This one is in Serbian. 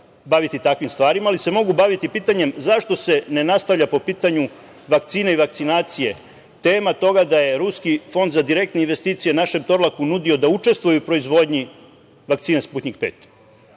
takvim stvarima, ali se mogu baviti pitanjem zašto se ne nastavlja po pitanju vakcine i vakcinacije, tema toga da je Ruski fond za direktne investicije našem „Torlaku“ nudio da učestvuje u proizvodnji vakcine „Sputnjik